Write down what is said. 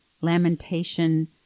lamentation